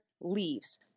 leaves